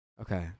Okay